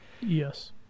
yes